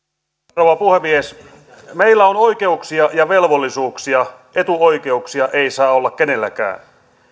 rouva puhemies meillä on oikeuksia ja velvollisuuksia etuoikeuksia ei saa olla kenelläkään